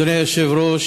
אדוני היושב-ראש,